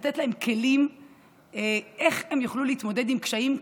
לתת להם כלים איך הם יוכלו להתמודד עם קשיים.